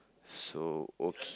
so okay